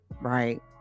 right